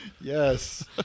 Yes